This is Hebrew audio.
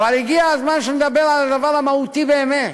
אבל הגיע הזמן שנדבר על הדבר המהותי באמת,